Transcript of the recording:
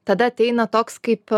tada ateina toks kaip